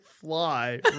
fly